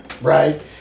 right